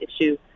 issue